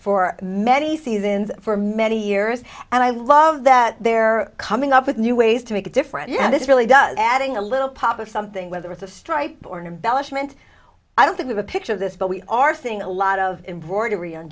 for many seasons for many years and i love that they're coming up with new ways to make a difference and this really does adding a little pop of something whether it's a stripe or embellish meant i don't think of a picture of this but we are seeing a lot of embroidery